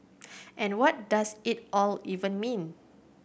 and what does it all even mean